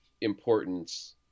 importance